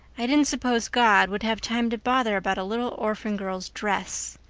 i didn't suppose god would have time to bother about a little orphan girl's dress.